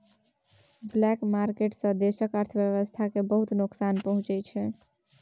black market सँ देशक अर्थव्यवस्था केँ बहुत नोकसान पहुँचै छै